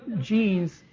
genes